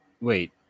Wait